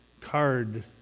card